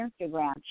Instagram